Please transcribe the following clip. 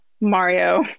Mario